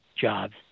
jobs